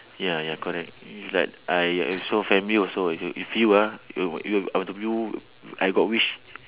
ya ya correct like I also family also i~ if you ah you are you are are the new I got wish